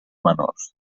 menors